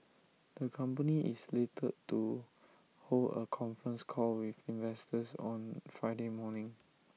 the company is slated to hold A conference call with investors on Friday morning